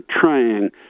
trying